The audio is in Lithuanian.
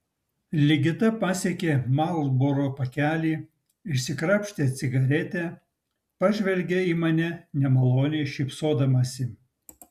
ligita pasiekė marlboro pakelį išsikrapštė cigaretę pažvelgė į mane nemaloniai šypsodamasi